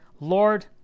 Lord